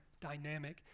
dynamic